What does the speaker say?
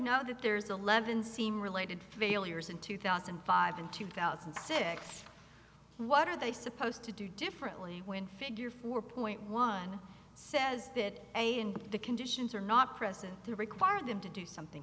know that there's eleven seem related failures in two thousand and five and two thousand and six what are they supposed to do differently when figure four point one says that the conditions are not present to require them to do something